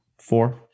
Four